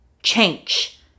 change